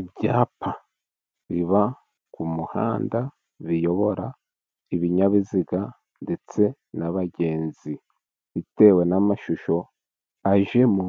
Ibyapa biba ku muhanda, biyobora ibinyabiziga ndetse n'abagenzi, bitewe n'amashusho ajemo